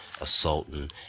assaulting